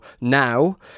now